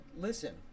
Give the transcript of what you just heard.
listen